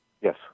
yes